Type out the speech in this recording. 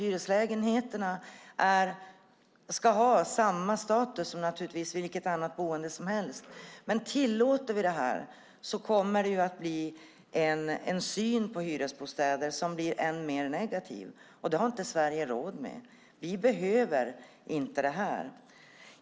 Hyreslägenheterna ska naturligtvis ha samma status som vilket annat boende som helst. Tillåter vi det här kommer det att bli en syn på hyresbostäder som blir än mer negativ. Det har inte Sverige råd med. Vi behöver inte det här.